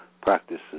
practices